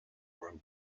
were